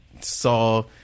saw